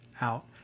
out